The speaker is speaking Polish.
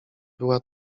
była